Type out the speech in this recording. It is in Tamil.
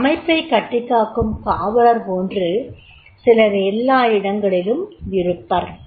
ஒரு அமைப்பைக் கட்டிக்காக்கும் காவலர் system's wizard போன்று சிலர் எல்லா இடங்களிலும் இருப்பர்